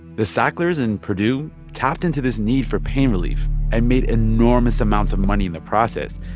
the sacklers and purdue tapped into this need for pain relief and made enormous amounts of money in the process.